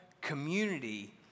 community